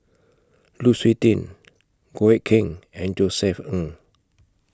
Lu Suitin Goh Eck Kheng and Josef Ng